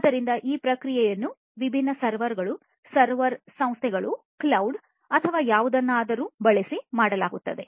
ಆದ್ದರಿಂದ ಈ ಪ್ರಕ್ರಿಯೆಯನ್ನು ವಿಭಿನ್ನ ಸರ್ವರ್ಗಳು ಸರ್ವರ್ ಸಂಸ್ಥೆಗಳು ಕ್ಲೌಡ್ ಅಥವಾ ಯಾವುದನ್ನಾದರೂ ಬಳಸಿ ಮಾಡಲಾಗುತ್ತದೆ